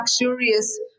luxurious